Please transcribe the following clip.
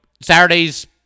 Saturday's